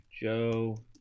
Joe